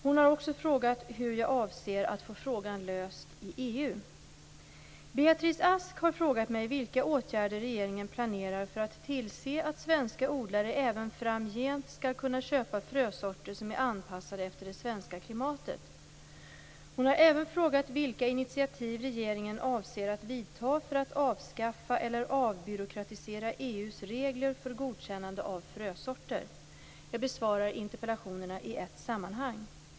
Hon har också frågat hur jag avser att få frågan löst i Beatrice Ask har frågat mig vilka åtgärder regeringen planerar för att tillse att svenska odlare även framgent skall kunna köpa frösorter som är anpassade efter det svenska klimatet. Hon har även frågat vilka initiativ regeringen avser att vidta för att avskaffa eller avbyråkratisera EU:s regler för godkännande av frösorter. Jag besvarar interpellationerna i ett sammanhang.